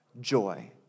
joy